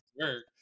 work